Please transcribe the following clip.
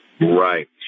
Right